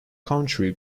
country